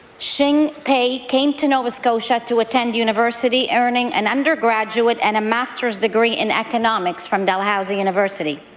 xinpei came to nova scotia to attend university, earning an undergraduate and a master's degree in economics from dalhousie university.